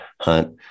hunt